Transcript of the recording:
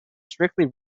strictly